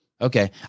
Okay